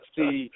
See